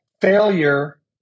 failure